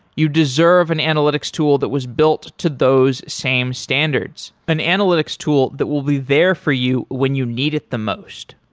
you deserve an analytics tool that was built to those same standards, an analytics tool that will be there for you when you needed the most.